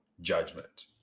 judgment